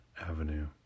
Avenue